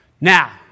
Now